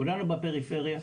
כולנו בפריפריה,